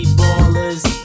ballers